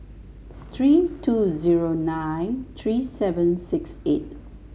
three two zero nine three seven six eight